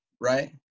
right